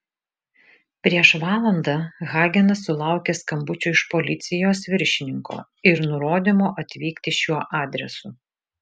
prieš valandą hagenas sulaukė skambučio iš policijos viršininko ir nurodymo atvykti šiuo adresu